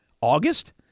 August